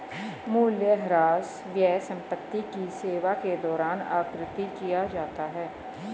मूल्यह्रास व्यय संपत्ति की सेवा के दौरान आकृति किया जाता है